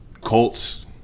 Colts